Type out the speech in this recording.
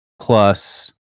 plus